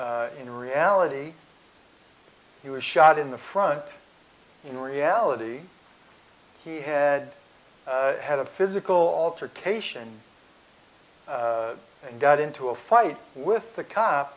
in reality he was shot in the front in reality he had had a physical altercation and got into a fight with the c